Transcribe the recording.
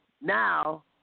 Now